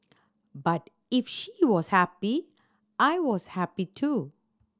but if she was happy I was happy too